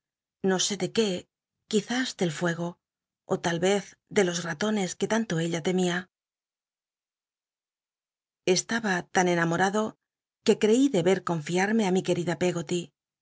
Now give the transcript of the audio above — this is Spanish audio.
no sé de qué quizüs llel fuego ó tal yez de los ratones que tanto ella lemia estaba tan enamorado que creí deber con liarme i mi quctida peggoty